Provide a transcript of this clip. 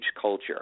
culture